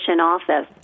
office